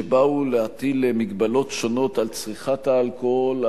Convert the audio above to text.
שבאו להטיל מגבלות שונות על צריכת האלכוהול,